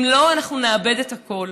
אם לא, אנחנו נאבד את הכול.